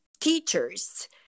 teachers